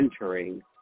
entering